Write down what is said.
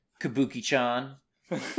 kabuki-chan